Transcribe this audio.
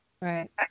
right